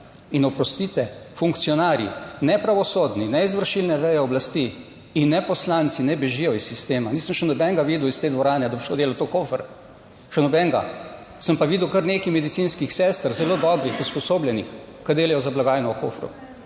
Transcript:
In oprostite, funkcionarji, ne pravosodni, ne izvršilne veje oblasti in ne poslanci, ne bežijo iz sistema. Nisem še nobenega videl iz te dvorane, da bo šel delat v Hofer, še nobenega! Sem pa videl kar nekaj medicinskih sester, zelo dobrih, usposobljenih, ki delajo za blagajno v Hoferju.